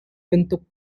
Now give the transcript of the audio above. bantuk